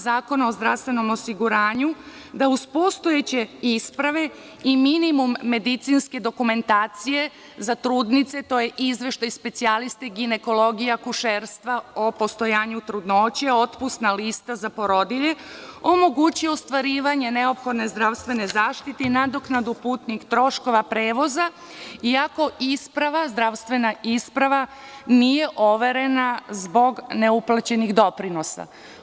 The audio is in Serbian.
Zakona o zdravstvenom osiguranju da uz postojeće isprave i minimum medicinske dokumentacije za trudnice, to je izveštaj specijaliste, ginekologa, akušerstva o postojanju trudnoće, otpusna lista za porodilje omogući ostvarivanje neophodne zdravstvene zaštite i nadoknadu putnih troškova prevoza, iako zdravstvena isprava nije overena zbog neuplaćenih doprinosa.